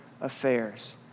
affairs